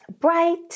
bright